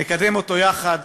נקדם אותו יחד.